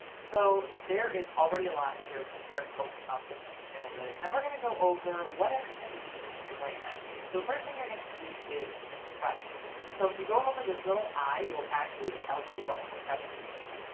so there is already a lot here when you first open up the pinterest analytic and we're going to go over what everything means right now. so the first thing you're going to see is impressions. so if you go over this little i, it will actually tell you what the impressions mean.